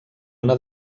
una